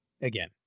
Again